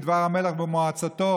מדבר המלך במועצתו.